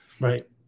Right